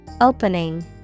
Opening